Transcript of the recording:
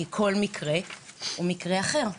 כי כל מקרה הוא מקרה אחר.